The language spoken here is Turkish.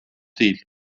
değil